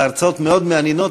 ההצעות מאוד מעניינות,